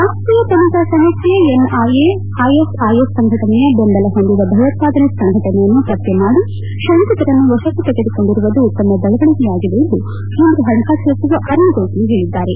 ರಾಷ್ಟೀಯ ತನಿಖಾ ಸಂಸ್ಥೆ ಎನ್ಐಎ ಐಎಸ್ಐಎಸ್ ಸಂಘಟನೆಯ ಬೆಂಬಲ ಹೊಂದಿದ ಭಯೋತ್ಪಾದನೆ ಸಂಘಟನೆಯನ್ನು ಪತ್ತೆ ಮಾಡಿ ಶಂಕಿತರನ್ನು ವಶಕ್ಕೆ ತೆಗೆದುಕೊಂಡಿರುವುದು ಉತ್ತಮ ಬೆಳವಣಿಗೆಯಾಗಿದೆ ಎಂದು ಕೇಂದ್ರ ಪಣಕಾಸು ಸಚಿವ ಅರುಣ್ ಜೇಟ್ಲಿ ಹೇಳಿದ್ದಾರೆ